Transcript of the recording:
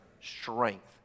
Strength